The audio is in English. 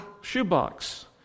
shoebox